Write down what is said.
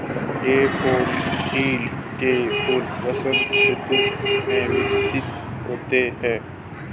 daffodil के फूल वसंत ऋतु में विकसित होते हैं